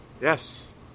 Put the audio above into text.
yes